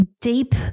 deep